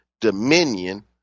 dominion